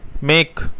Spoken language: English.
make